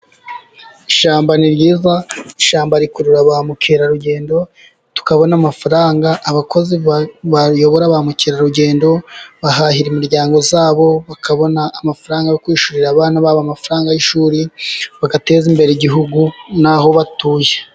Ishyamba ni ryiza, ishyamba rikurura ba mukerarugendo, tukabona amafaranga, abakozi bayobora ba mukerarugendo bahahira imiryango yabo, bakabona amafaranga yo kwishyurira abana babo amafaranga y'ishuri, bagateza imbere igihugu n'aho batuye.